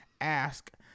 ask